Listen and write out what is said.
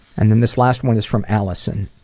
and then this last one is from allison.